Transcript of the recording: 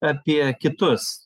apie kitus